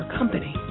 company